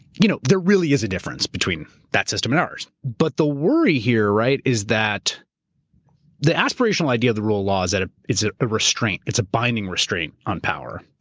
you know there really is a difference between that system and ours. but the worry here, right, is that the aspirational idea of the rule of law is that ah it's a restraint, it's a binding restraint on power.